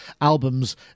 albums